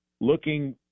looking